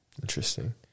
interesting